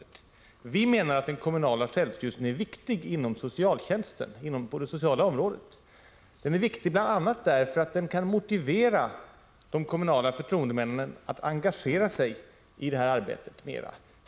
Utskottet menar att den kommunala självstyrelsen är viktig på det sociala området, bl.a. därför att den kan motivera de kommunala förtroendemännen att engagera sig mera i detta arbete.